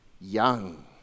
young